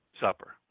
supper